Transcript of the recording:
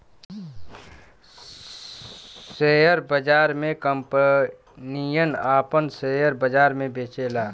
share बाजार मे कंपनियन आपन सेअर बाजार मे बेचेला